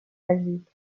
èxit